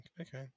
Okay